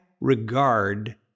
regard